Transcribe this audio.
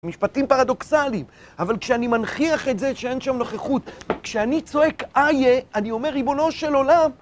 משפטים פרדוקסליים, אבל כשאני מנכיח את זה שאין שם נוכחות, כשאני צועק איה, אני אומר, ריבונו של עולם.